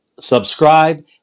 subscribe